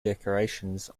decorations